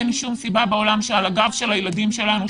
אין שום סיבה בעולם שעל הגב של הילדים שלנו,